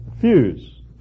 fuse